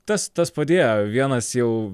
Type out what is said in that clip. tas tas padėjo vienas jau